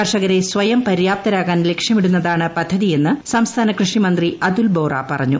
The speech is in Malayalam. കർഷകരെ സ്വയം പര്യാപ്തരാക്കാൻ ലക്ഷ്യമിടുന്നതാണ് പദ്ധതി എന്ന് സംസ്ഥാന കൃഷിമന്ത്രി അതുൽ ബോറ പറഞ്ഞു